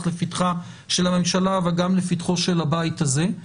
לפתחה של הממשלה אבל גם לפתחו של הבית הזה.